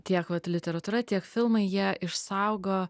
tiek vat literatūra tiek filmai jie išsaugo